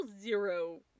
zero